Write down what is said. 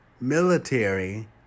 Military